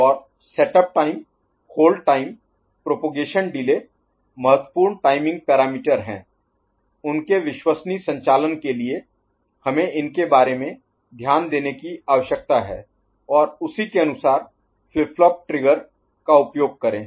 और setup time hold time propagation delay महत्वपूर्ण timing parameter हैं उनके विश्वसनीय संचालन के लिए हमें इनके बारे में ध्यान देने की आवश्यकता है और उसी के अनुसार फ्लिप फ्लॉप ट्रिगर का उपयोग करें